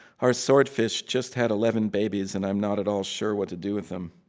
our swordfish just had eleven babies, and i'm not at all sure what to do with them.